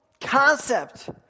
concept